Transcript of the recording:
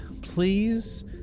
please